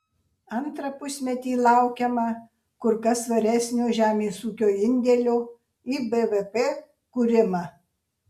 antrą pusmetį laukiama kur kas svaresnio žemės ūkio indėlio į bvp kūrimą